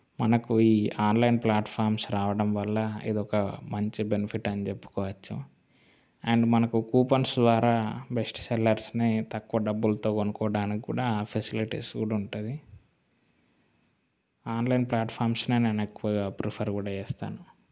మనకు ఈ online platforms రావడం వల్ల ఇది ఒక మంచి బెనిఫిట్ అని చెప్పుకోవచ్చు అండ్ మనకు కూపన్స్ ద్వారా బెస్ట్ సెల్లర్స్ని తక్కువ డబ్బులతో కొనుక్కోవడానికి కూడా ఫెసిలిటీస్ కూడా ఉంటుంది ఆన్లైన్ ప్లాట్ఫామ్స్నే నేను ఎక్కువ ప్రిఫర్ కూడా చేస్తాను